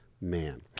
man